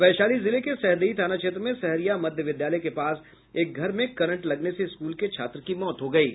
वैशाली जिले के सहदेई थाना क्षेत्र में सहरिया मध्य विद्यालय के पास एक घर में करंट लगने से स्कूल के छात्र की मौत हो गयी